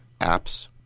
apps